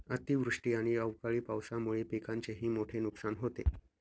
अतिवृष्टी आणि अवकाळी पावसामुळे पिकांचेही मोठे नुकसान होते